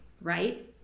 right